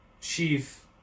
Chief